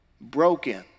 broken